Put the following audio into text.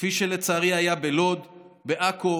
כפי שלצערי היה בלוד, בעכו,